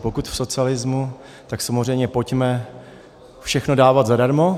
Pokud v socialismu, tak samozřejmě pojďme všechno dávat zadarmo.